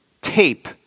tape